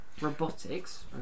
Robotics